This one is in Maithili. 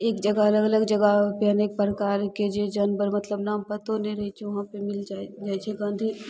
एक जगह अलग अलग जगह पर अनेक प्रकारके जीव जानवर मतलब नाम पशु नहि रहय छै वहाँ पर मिल जाइ जाइ छै गाँधी